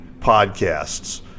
podcasts